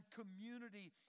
community